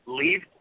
leave